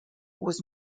was